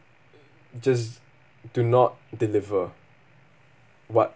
just do not deliver what